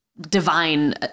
divine